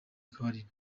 akabariro